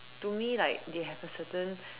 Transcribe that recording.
to me like they have a certain